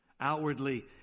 Outwardly